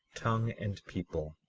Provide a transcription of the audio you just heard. tongue, and people,